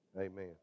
Amen